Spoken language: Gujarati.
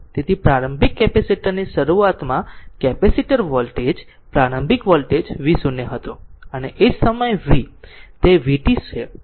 તેથી પ્રારંભિક કેપેસિટર ની શરૂઆતમાં કેપેસિટર વોલ્ટેજ પ્રારંભિક વોલ્ટેજ v 0 હતી અને સમયે t તે vt છે